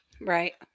Right